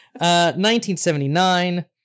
1979